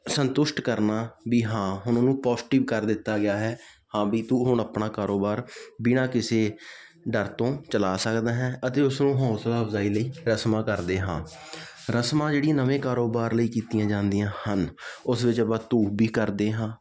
ਸੰਤੁਸ਼ਟ ਕਰਨਾ ਵੀ ਹਾਂ ਹੁਣ ਉਹਨੂੰ ਪੋਜਟਿਵ ਕਰ ਦਿੱਤਾ ਗਿਆ ਹੈ ਹਾਂ ਵੀ ਤੂੰ ਹੁਣ ਆਪਣਾ ਕਾਰੋਬਾਰ ਬਿਨਾਂ ਕਿਸੇ ਡਰ ਤੋਂ ਚਲਾ ਸਕਦਾ ਹੈ ਅਤੇ ਉਸਨੂੰ ਹੌਸਲਾ ਅਫਜਾਈ ਲਈ ਰਸਮਾਂ ਕਰਦੇ ਹਾਂ ਰਸਮਾਂ ਜਿਹੜੀਆਂ ਨਵੇਂ ਕਾਰੋਬਾਰ ਲਈ ਕੀਤੀਆਂ ਜਾਂਦੀਆਂ ਹਨ ਉਸ ਵਿੱਚ ਆਪਾਂ ਧੂਫ ਵੀ ਕਰਦੇ ਹਾਂ